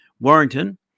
Warrington